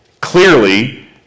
clearly